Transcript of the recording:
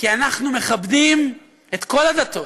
כי אנחנו מכבדים את כל הדתות,